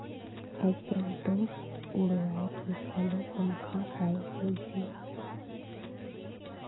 आयज कायल तो उड़वाए के घलो पंखा आये गइस हे